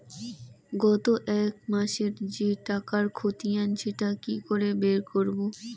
গত এক মাসের যে টাকার খতিয়ান সেটা কি করে বের করব?